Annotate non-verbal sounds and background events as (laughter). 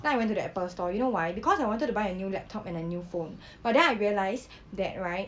then I went to the Apple store you know why because I wanted to buy a new laptop and a new phone (breath) but then I realise that right